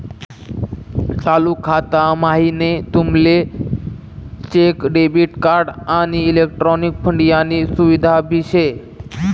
चालू खाता म्हाईन तुमले चेक, डेबिट कार्ड, आणि इलेक्ट्रॉनिक फंड यानी सुविधा भी शे